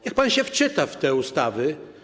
Niech pan się wczyta w te ustawy.